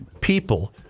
people